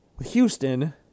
Houston